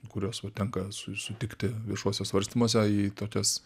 kuriuos va tenka su sutikti viešuose svarstymuose į tokias